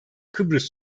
kıbrıs